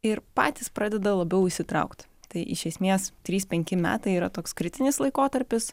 ir patys pradeda labiau įsitraukt tai iš esmės trys penki metai yra toks kritinis laikotarpis